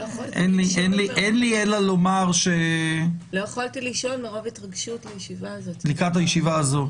אין לי אלא לומר -- לא יכולתי לישון מרוב התרגשות לקראת הישיבה הזאת.